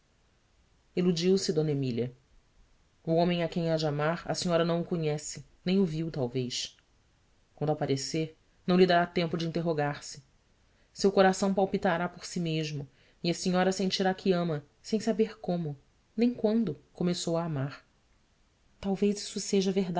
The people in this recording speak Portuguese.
d emília o homem a quem há de amar a senhora não o conhece nem o viu talvez quando aparecer não lhe dará tempo de interrogar se seu coração palpitará por si mesmo e a senhora sentirá que ama sem saber como nem quando começou a amar alvez isso seja